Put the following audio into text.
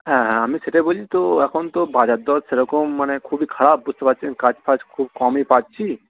হ্যাঁ হ্যাঁ আমি সেটাই বলছি তো এখন তো বাজারদর সেরকম মানে খুবই খারাপ বুঝতে পারছেন কাজ ফাজ খুব কমই পাচ্ছি